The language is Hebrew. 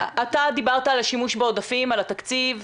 אתה דיברת על השימוש בעודפים, על התקציב.